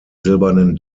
silbernen